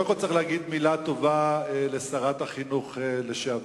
קודם כול צריך להגיד מלה טובה לשרת החינוך לשעבר,